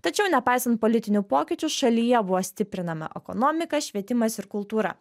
tačiau nepaisant politinių pokyčių šalyje buvo stiprinama ekonomika švietimas ir kultūra